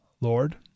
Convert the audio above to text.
Lord